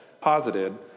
posited